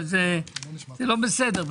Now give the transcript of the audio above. אבל זה לא בסדר,